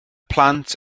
plant